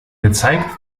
gezeigt